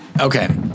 Okay